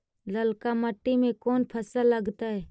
ललका मट्टी में कोन फ़सल लगतै?